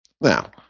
Now